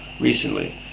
recently